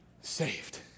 Saved